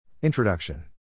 Introduction